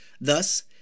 Thus